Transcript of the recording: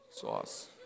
sauce